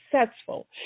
successful